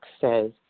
says